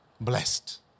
Blessed